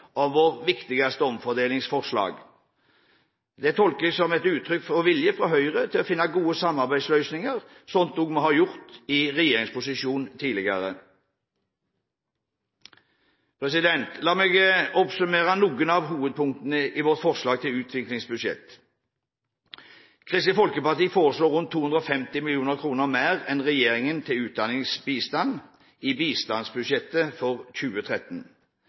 viktigste omfordelingsforslag. Det tolker jeg som en uttrykt vilje fra Høyre til å finne gode samarbeidsløsninger, slik vi også har gjort i regjeringsposisjon tidligere. La meg oppsummere noen av hovedpunktene i vårt forslag til utviklingsbudsjett: Kristelig Folkeparti foreslår rundt 250 mill. kr mer enn regjeringen til utdanningsbistand i bistandsbudsjettet for 2013.